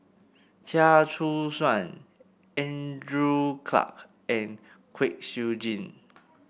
Chia Choo Suan Andrew Clarke and Kwek Siew Jin